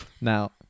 Now